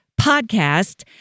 podcast